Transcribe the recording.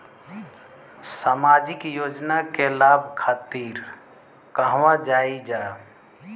सामाजिक योजना के लाभ खातिर कहवा जाई जा?